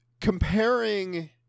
Comparing